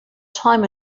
time